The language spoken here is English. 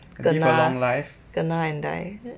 kena kena and die